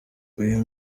uyu